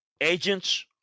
Agents